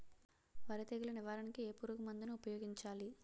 వరి తెగుల నివారణకు ఏ పురుగు మందు ను ఊపాయోగించలి?